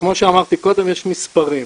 וכמו שאמרתי קודם, יש מספרים.